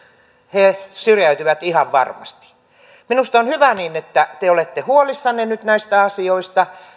he syrjäytyvät ihan varmasti minusta on hyvä niin että te te olette huolissanne nyt näistä asioista